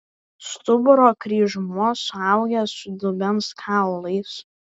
stuburo kryžmuo suaugęs su dubens kaulais